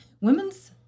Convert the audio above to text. Women's